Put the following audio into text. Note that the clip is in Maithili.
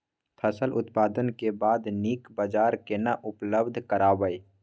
फसल उत्पादन के बाद नीक बाजार केना उपलब्ध कराबै?